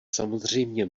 samozřejmě